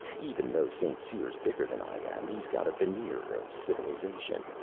even though st. cyr's bigger than i am, he's got a veneer of civilization.